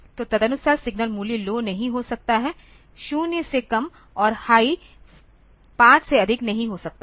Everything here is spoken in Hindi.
तो तदनुसार सिग्नल मूल्य लौ नहीं हो सकता है 0 से कम और हाई 5 से अधिक नहीं हो सकता है